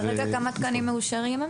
כרגע כמה תקנים מאושרים?